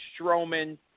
Strowman